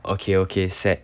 okay okay set